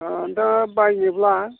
नोंथाङा बायनोब्ला